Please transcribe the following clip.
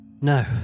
No